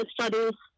studies